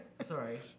Sorry